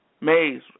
Mays